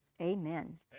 Amen